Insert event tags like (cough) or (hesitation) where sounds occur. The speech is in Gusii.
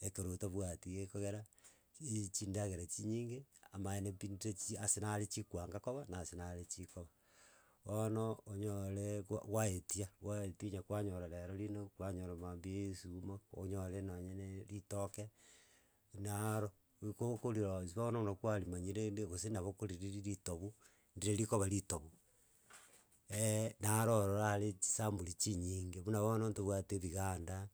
ekero otabwati gekogera iii chindagera chinyinge amaene pi ndire chi ase nare chikoanga koba, na ase nare chikoba, bono onyoreeee gwa gwaetia gwaetia onya kwanyora rero rinagu, kwanyora mambia esuguma, onyore nonye naaa ritoke, naro goika okorironsi bono muna kwarimanyire rende gose nabo okoririr ritobu, ndire rikoba ritobu (hesitation) naro ororo are chisampuli chinyinge buna bono ntobwate ebiganda.